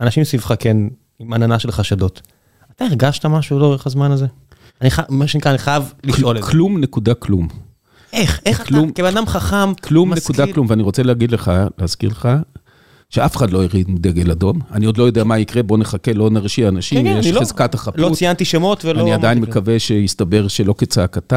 אנשים סביבך, כן, עם עננה של חשדות, אתה הרגשת משהו לאורך הזמן הזה? מה שנקרא, אני חייב לשאול את זה. כלום, נקודה כלום. איך אתה, כבן אדם חכם, כלום, נקודה כלום. ואני רוצה להגיד לך, להזכיר לך, שאף אחד לא הרים דגל אדום, אני עוד לא יודע מה יקרה, בוא נחכה, לא נרשיע אנשים, יש חזקת החפות. אני עדיין מקווה שיסתבר שלא כצעקתה.